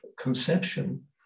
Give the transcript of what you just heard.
conception